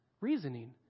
reasoning